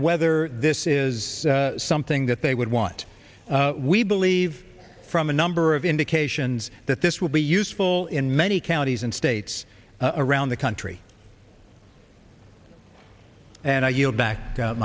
whether this is something that they would want we believe from a number of indications that this will be useful in many counties and states around the country and i